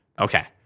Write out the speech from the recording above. Okay